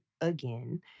again